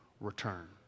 return